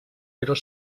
però